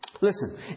Listen